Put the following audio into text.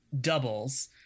Doubles